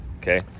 Okay